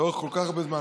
לאורך כל כך הרבה זמן.